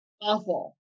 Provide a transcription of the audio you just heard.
awful